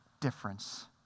difference